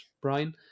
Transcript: Brian